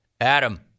Adam